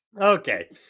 Okay